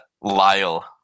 Lyle